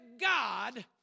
God